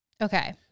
Okay